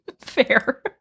Fair